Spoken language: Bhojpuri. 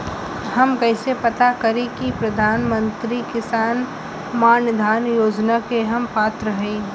हम कइसे पता करी कि प्रधान मंत्री किसान मानधन योजना के हम पात्र हई?